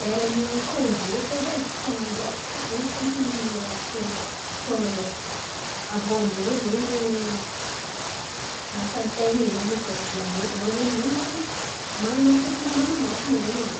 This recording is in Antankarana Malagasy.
lerany kônze fo edy e fa anao feky zen̈y tômpiny raha tianao, fotoan̈anao. Aviô aminjay zen̈y, asan-ten̈a zen̈y tiako volan̈iny. Anao zen̈y man̈ana ny man̈ana antirepirizinao manokan̈a zen̈y anao.